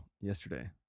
yesterday